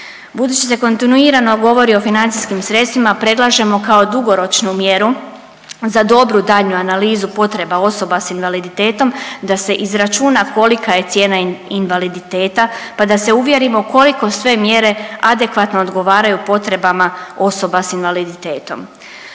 Budući da kontinuirano govori o financijskim sredstvima predlažemo kao dugoročnu mjeru za dobru daljnju analizu potreba osoba sa invaliditetom da se izračuna kolika je cijena invaliditeta, pa da se uvjerimo koliko sve mjere adekvatno odgovaraju potrebama osoba sa invaliditetom.